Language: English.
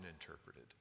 interpreted